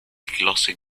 glossy